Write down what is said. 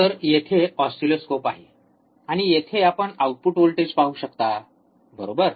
तर येथे ऑसिलोस्कोप आहे आणि येथे आपण आउटपुट व्होल्टेज पाहू शकता बरोबर